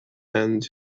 and